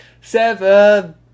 Seven